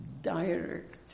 direct